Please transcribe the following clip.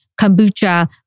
kombucha